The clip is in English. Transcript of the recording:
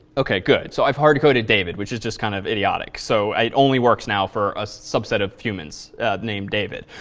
ok, good. so i've hard-coded david, which is just can kind of idiotic. so, it only works now for a subset of humans named david.